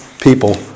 people